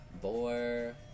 Boar